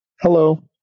Hello